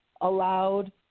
allowed –